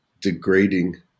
degrading